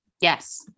Yes